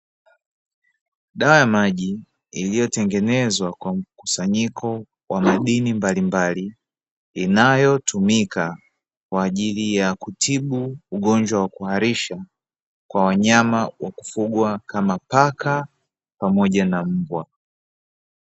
Dawa ya maji iliyotengenezwa kwa mkusanyiko wa madini mbalimbali, inayotumika kwaajili ya kutibu ugonjwa wa kuharisha kwa wanyama wa kufungwa kama paka pamoja na mbwa .